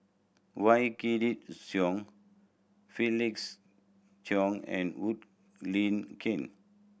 Wykidd Song Felix Cheong and Wood Lin Ken